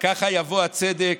ככה יבוא הצדק,